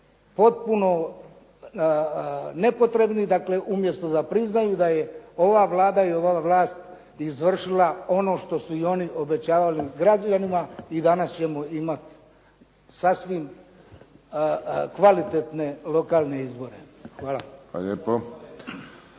potpuno nepotrebnih umjesto da priznaju da je ova Vlada i ova vlast izvršila ono što su i oni obećavali i građanima i danas ćemo imati sasvim kvalitetne lokalne izbore. Hvala.